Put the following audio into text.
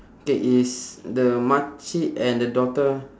K is the makcik and the daughter